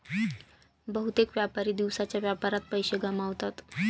बहुतेक व्यापारी दिवसाच्या व्यापारात पैसे गमावतात